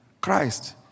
Christ